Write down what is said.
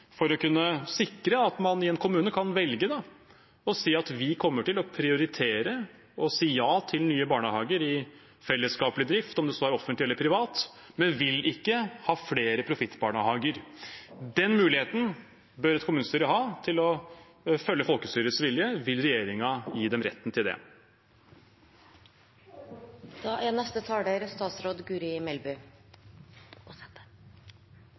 for å kunne sikre at man i en kommune kan velge å si at de kommer til å prioritere å si ja til nye barnehager i fellesskaplig drift, om det så er offentlig eller privat, men de vil ikke ha flere profittbarnehager. Den muligheten bør et kommunestyre ha til å følge folkestyrets vilje. Vil regjeringen gi dem retten til det?